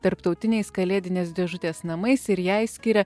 tarptautiniais kalėdinės dėžutės namais ir jai skiria